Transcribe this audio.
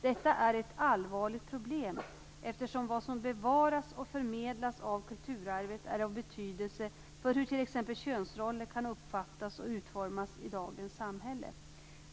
Detta är ett allvarligt problem, eftersom vad som bevaras och förmedlas av kulturarvet är av betydelse för hur t.ex. könsroller kan uppfattas och utformas i dagens samhälle.